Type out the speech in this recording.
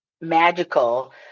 magical